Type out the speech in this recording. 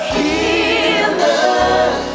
healer